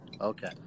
Okay